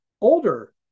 older